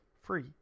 Free